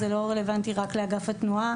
זה לא רלוונטי רק לאגף התנועה.